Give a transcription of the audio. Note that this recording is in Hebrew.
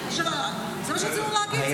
זה מה שרצינו להגיד, זה הכול.